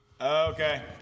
okay